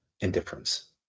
indifference